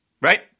right